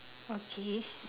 okay